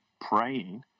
praying